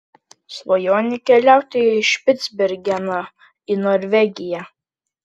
svajonė keliauti į špicbergeną į norvegiją